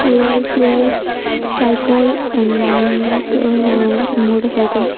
Rolls Royce cycle and motor cycle